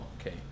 okay